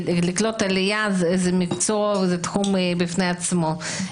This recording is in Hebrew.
לקלוט עלייה זה מקצוע וזה תחום בפני עצמו,